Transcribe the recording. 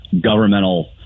governmental